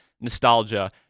nostalgia